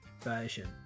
version